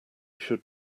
should